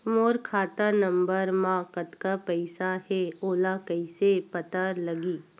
मोर खाता नंबर मा कतका पईसा हे ओला कइसे पता लगी?